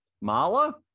Mala